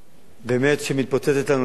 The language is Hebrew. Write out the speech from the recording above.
באמת מתפוצצת לנו בפרצוף.